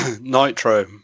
Nitro